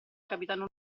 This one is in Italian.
capitano